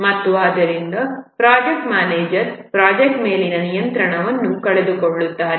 ಮತ್ತು ಆದ್ದರಿಂದ project manager project ಮೇಲಿನ ನಿಯಂತ್ರಣವನ್ನು ಕಳೆದುಕೊಳ್ಳುತ್ತಾರೆ